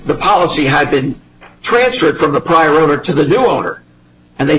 the policy had been transferred from the prior owner to the new order and they